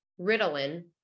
Ritalin